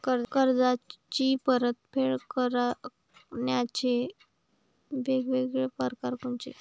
कर्जाची परतफेड करण्याचे वेगवेगळ परकार कोनचे?